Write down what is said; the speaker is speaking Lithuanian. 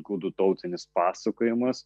gudų tautinis pasakojimas